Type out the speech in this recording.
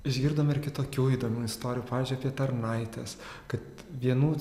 išgirdome ir kitokių įdomių istorijų pavyzdžiui apie tarnaites kad vienų